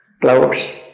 clouds